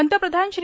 पंतप्रधान श्री